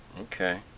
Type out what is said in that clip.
Okay